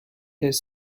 his